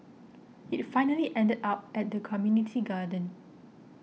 it finally ended up at the community garden